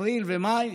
אפריל ומאי,